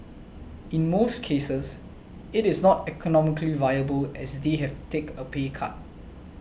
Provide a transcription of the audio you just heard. in most cases it is not economically viable as they have to take a pay cut